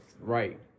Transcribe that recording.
right